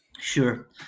Sure